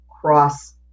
cross